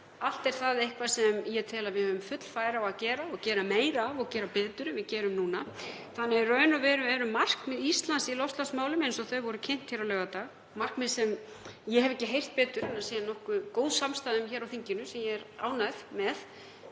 Allt er það eitthvað sem ég tel að við höfum full færi á að gera og gera meira af og gera betur en við gerum nú. Í raun og veru eru markmið Íslands í loftslagsmálum eins og þau voru kynnt hér á laugardag, markmið sem ég hef ekki heyrt betur en að sé nokkuð góð samstaða um á þinginu, sem ég er ánægð með,